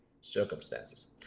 circumstances